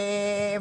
הסעיף הזה,